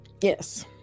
Yes